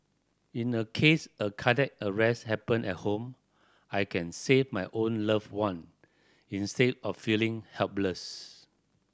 in the case a cardiac arrest happen at home I can save my own loved one instead of feeling helpless